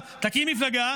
אי-אפשר לעשות דיוני סרק,